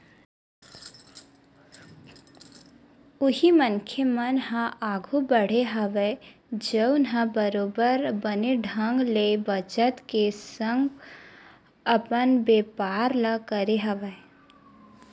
उही मनखे मन ह आघु बड़हे हवय जउन ह बरोबर बने ढंग ले बचत के संग अपन बेपार ल करे हवय